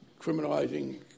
criminalizing